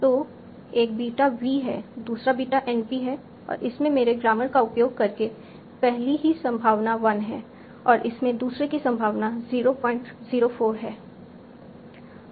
तो एक beta V है दूसरा बीटा NP है और इसमें मेरे ग्रामर का उपयोग करके पहली की संभावना 1 है और इसमें दूसरे की संभावना 004 है